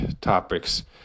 topics